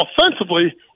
offensively